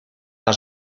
las